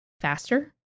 faster